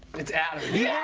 it's adam. yeah